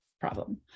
problem